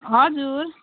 हजुर